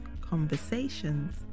conversations